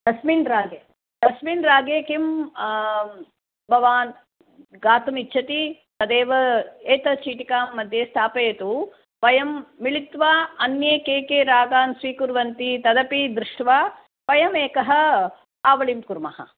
तस्मिन् रागे तस्मिन् रागे किं भवान् गातुमिच्छति तदेव एतत् चीटिकामध्ये स्थापयतु वयं मिलित्वा अन्ये के के रागाः स्वीकुर्वन्ति तदपि दृष्ट्वा वयम् एकं आवलिं कुर्मः